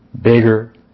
bigger